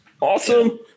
Awesome